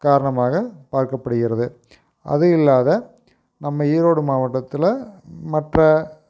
காரணமாக பார்க்கப்படுகிறது அதுவும் இல்லாத நம்ம ஈரோடு மாவட்டத்தில் மற்ற